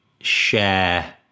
share